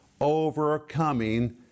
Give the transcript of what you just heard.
Overcoming